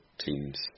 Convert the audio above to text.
teams